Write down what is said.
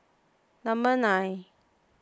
number nine